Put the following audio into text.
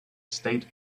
state